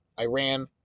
Iran